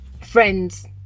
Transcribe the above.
Friends